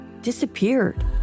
disappeared